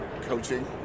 coaching